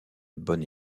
bonne